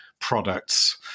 products